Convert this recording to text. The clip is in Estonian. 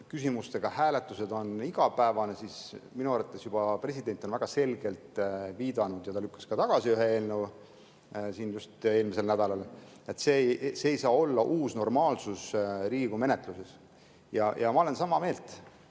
usaldusküsimustega hääletused on igapäevased, siis minu arvates juba president on väga selgelt viidanud – ja ta lükkas ka tagasi ühe eelnõu just eelmisel nädalal –, et see ei saa olla uus normaalsus Riigikogu [töös]. Ja ma olen sama meelt.